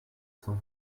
cent